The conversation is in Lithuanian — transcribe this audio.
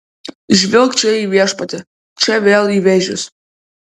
žvilgt čia į viešpatį čia vėl į vėžius